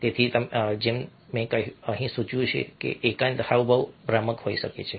તેથી જેમ મેં અહીં સૂચવ્યું છે એકાંત હાવભાવ ભ્રામક હોઈ શકે છે